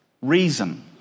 Reason